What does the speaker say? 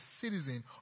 citizen